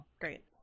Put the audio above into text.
great